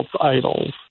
idols